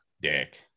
dick